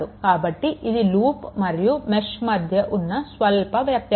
కాబట్టి ఇది లూప్ మరియు మెష్ మధ్య ఉన్న స్వల్ప వ్యత్యాసం